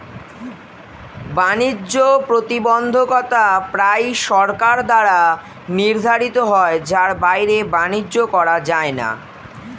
বাণিজ্য প্রতিবন্ধকতা প্রায়ই সরকার দ্বারা নির্ধারিত হয় যার বাইরে বাণিজ্য করা যায় না